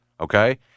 Okay